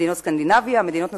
מדינות סקנדינביה ומדינות נוספות,